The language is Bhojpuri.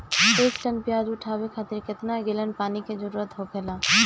एक टन प्याज उठावे खातिर केतना गैलन पानी के जरूरत होखेला?